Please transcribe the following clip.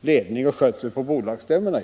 ledning och skötsel just på bolagsstämmorna!